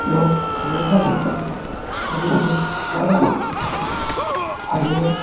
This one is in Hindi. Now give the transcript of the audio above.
लोग मिर्ज़ापुर धुन की कजरी ले ज़्यादा पसन्द करते हैं और यह